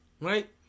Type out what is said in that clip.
right